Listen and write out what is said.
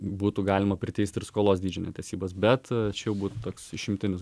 būtų galima priteisti ir skolos dydžio netesybas bet čia jau būtų toks išimtinis